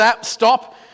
stop